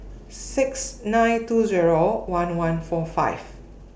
six nine two Zero one one four five